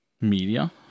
media